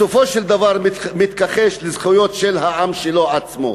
בסופו של דבר, מתכחש לזכויות של העם שלו עצמו.